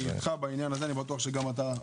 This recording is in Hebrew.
אני איתך בעניין הזה, אני בטוח שגם אתה.